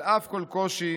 על אף כל קושי,